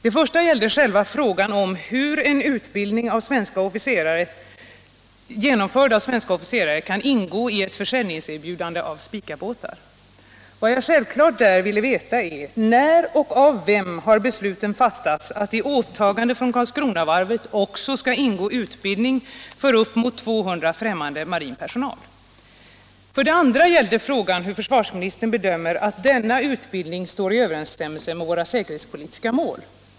Den första gällde hur en utbildning genomförd av svenska officerare kan ingå i ett försäljningserbjudande av Spicabåtar. Vad jag självklart där vill veta är: När och av vem har besluten fattats att i åtagandet från Karlskronavarvet också skall ingå utbildning för uppemot 200 man främmande marinpersonal? Den andra frågan gällde hur försvarsministern bedömer att denna utbildning står i överenstämmelse med våra säkerhetspolitiska mål.